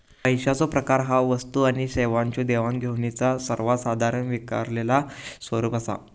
पैशाचो प्रकार ह्या वस्तू आणि सेवांच्यो देवाणघेवाणीचो सर्वात साधारण स्वीकारलेलो स्वरूप असा